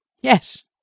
Yes